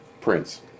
Prince